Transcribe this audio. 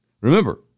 remember